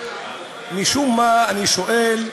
משום מה, אני שואל,